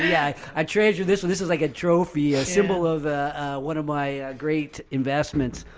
yeah i treasure this this is like a trophy symbol of one of my great investments.